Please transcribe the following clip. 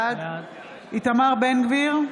בעד איתמר בן גביר,